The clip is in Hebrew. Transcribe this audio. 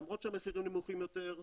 למרות שהמחירים נמוכים יותר,